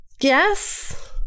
Yes